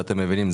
שאתם מבינים,